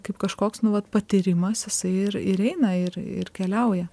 kaip kažkoks nu vat patyrimas jisai ir ir eina ir ir keliauja